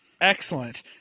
Excellent